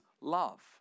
love